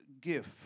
gift